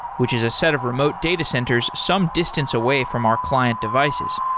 which is a set of remote data centers some distance away from our client devices.